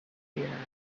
atmosphere